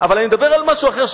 אבל אני מדבר על משהו אחר,